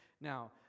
Now